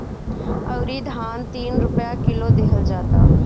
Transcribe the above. अउरी धान तीन रुपिया किलो देहल जाता